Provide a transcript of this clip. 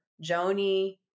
Joanie